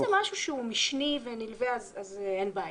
אם זה משהו שהוא משני ונילווה אז אין בעיה,